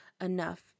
enough